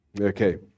Okay